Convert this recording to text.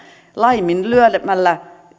laiminlyömällä